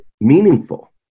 meaningful